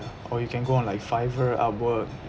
or you can go on like fiverr upwork